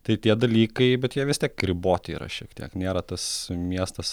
tai tie dalykai bet jie vis tiek riboti yra šiek tiek nėra tas miestas